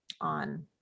on